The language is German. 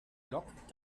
log